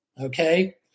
okay